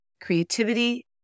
creativity